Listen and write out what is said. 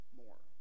more